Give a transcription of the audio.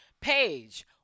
page